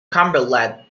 cumberland